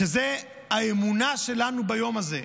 וזו האמונה שלנו ביום הזה,